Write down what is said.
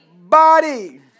Body